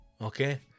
okay